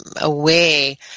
away